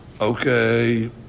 Okay